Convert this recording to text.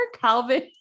Calvin